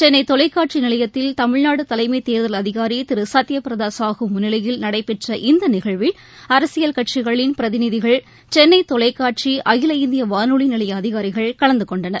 சென்னை தொலைக்காட்சி நிலையத்தில் தமிழ்நாடு தலைமைத் தேர்தல் அதிகாரி திரு சத்யபிரதா சாஹூ முன்னிலையில் நடைபெற்ற இந்த நிகழ்வில் அரசியல் கட்சிகளின் பிரதிநிதிகள் சென்னை தொலைக்காட்சி அகில இந்திய வானொலி நிலைய அதிகாரிகள் கலந்து கொண்டனர்